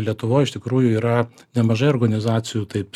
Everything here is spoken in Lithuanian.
lietuvoj iš tikrųjų yra nemažai organizacijų taip